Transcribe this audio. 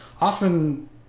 Often